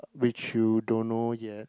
which you don't know yet